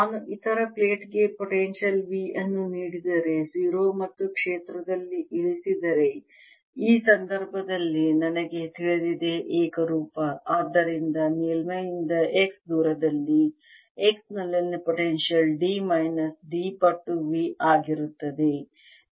ನಾನು ಇತರ ಪ್ಲೇಟ್ ಗೆ ಪೊಟೆನ್ಶಿಯಲ್ V ಅನ್ನು ನೀಡಿದರೆ 0 ಮತ್ತು ಕ್ಷೇತ್ರದಲ್ಲಿ ಇಳಿದಿದ್ದರೆ ಈ ಸಂದರ್ಭದಲ್ಲಿ ನನಗೆ ತಿಳಿದಿದೆ ಏಕರೂಪ ಆದ್ದರಿಂದ ಮೇಲ್ಮೈಯಿಂದ x ದೂರದಲ್ಲಿ x ನಲ್ಲಿನ ಪೊಟೆನ್ಶಿಯಲ್ d ಮೈನಸ್ x ಪಟ್ಟು V ಆಗಿರುತ್ತದೆ